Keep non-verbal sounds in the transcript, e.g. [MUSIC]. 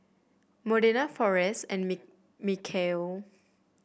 Modena Forrest and [UNINTELLIGIBLE] Michaele